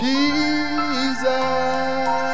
Jesus